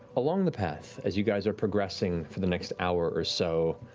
along the path as you guys are progressing for the next hour or so,